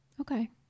okay